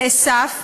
נאסף.